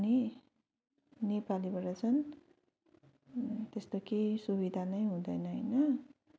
अनि नेपालीबाट चाहिँ त्यस्तो केही सुविधा नै हुँदैन होइन